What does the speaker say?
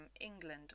England